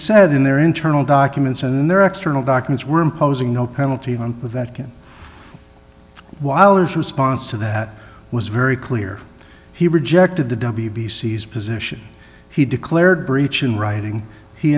said in their internal documents and in their external documents we're imposing no penalty on that can while his response to that was very clear he rejected the w b c's position he declared breach in writing he